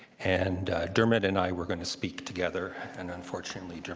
and dermot and i were going to speak together and unfortunately,